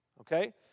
okay